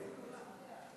אראל מרגלית,